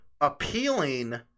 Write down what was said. appealing